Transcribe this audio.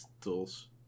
tools